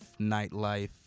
nightlife